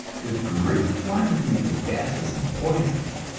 with great quantities of gases and poisons.